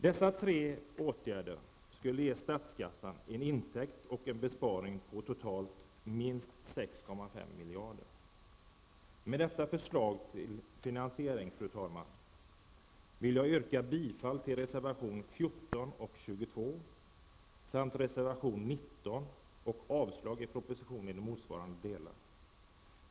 Dessa tre åtgärder skulle ge statskassan en intäkt och en besparing på minst 6,5 miljarder. Med dessa förslag till finansiering, fru talman, vill jag yrka bifall till reservationerna 14, 22 och 19 och avslag på propositionen i motsvarande delar.